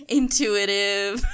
intuitive